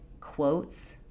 quotes